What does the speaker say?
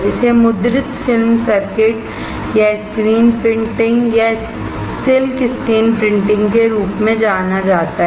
इसे मुद्रित film circuit या स्क्रीन प्रिंटिंग या सिल्क स्क्रीन प्रिंटिंग के रूप में जाना जाता है